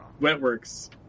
Wetworks